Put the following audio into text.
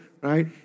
right